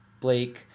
Blake